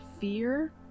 fear